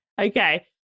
Okay